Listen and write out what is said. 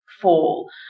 fall